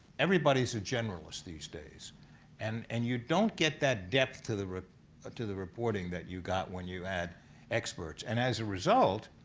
everybody is a generalist these days and and you don't get that depth to the ah to the reporting that you got when you had experts. and as a result,